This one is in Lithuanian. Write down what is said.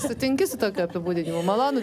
sutinki su tokiu apibūdinimu malonu